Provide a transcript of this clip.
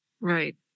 Right